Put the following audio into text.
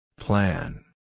Plan